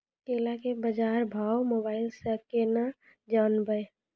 केला के बाजार भाव मोबाइल से के ना जान ब?